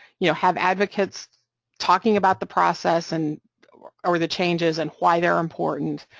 you know, have advocates talking about the process and or the changes and why they're important,